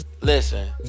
Listen